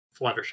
Fluttershy